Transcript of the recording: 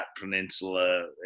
peninsula